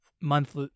month